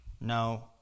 no